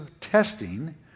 testing